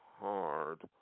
hard